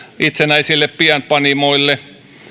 itsenäisille pienpanimoille